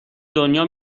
دنیا